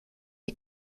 est